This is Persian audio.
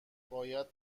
باید